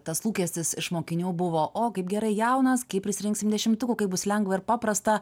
tas lūkestis iš mokinių buvo o kaip gerai jaunas kaip prisirinksim dešimtukų kaip bus lengva ir paprasta